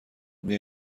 میای